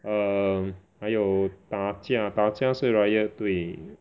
err 还有打架打架是 riot 对